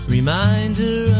Reminder